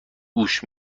گوش